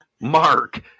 Mark